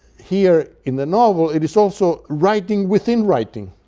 here in the novel, it is also writing within writing,